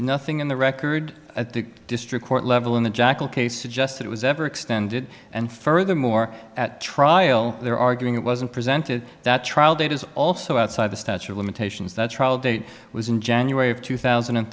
nothing in the record at the district court level in the jackal case suggest it was ever extended and furthermore at trial there arguing it wasn't presented that trial date is also outside the statue of limitations that trial date was in january of two thousand and